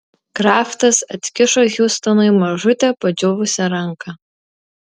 kraftas atkišo hiustonui mažutę padžiūvusią ranką